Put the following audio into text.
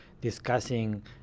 discussing